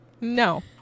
no